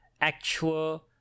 actual